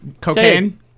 Cocaine